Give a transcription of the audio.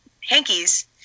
hankies